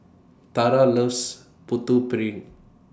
Tarah loves Putu Piring